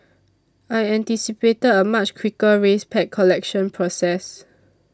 I anticipated a much quicker race pack collection process